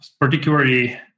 particularly